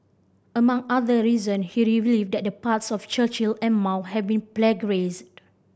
among other reason he revealed that the parts on Churchill and Mao have been plagiarised